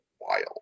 wild